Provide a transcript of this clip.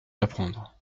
l’apprendre